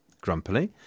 grumpily